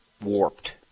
warped